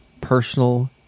personal